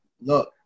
look